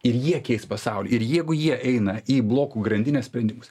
ir jie keis pasaulį ir jeigu jie eina į blokų grandinės sprendimus